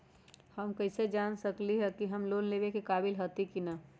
हम कईसे जान सकली ह कि हम लोन लेवे के काबिल हती कि न?